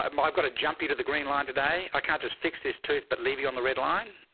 um i've got to jump you to the green line today. today. i can't just fix this tooth, but leave you on the red line.